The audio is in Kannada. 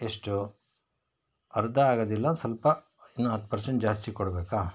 ಎಷ್ಟು ಅರ್ಧ ಆಗೋದಿಲ್ಲ ಸ್ವಲ್ಪ ಇನ್ನು ಹತ್ತು ಪರ್ಸೆಂಟ್ ಜಾಸ್ತಿ ಕೊಡಬೇಕಾ